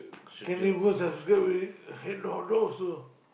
can neighbour subscribe already hand or not so